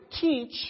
teach